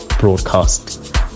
broadcast